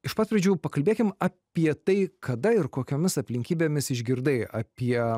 iš pat pradžių pakalbėkim apie tai kada ir kokiomis aplinkybėmis išgirdai apie